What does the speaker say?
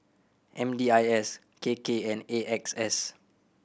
M D I S K K and A X S